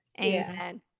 Amen